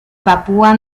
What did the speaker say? papúa